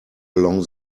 along